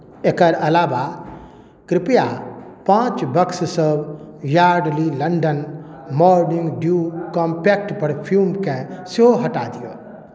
एकर अलावा कृपया पाँच बक्ससभ Yardley London morning dew compact परफ्यूमकेँ सेहो हटा दिअ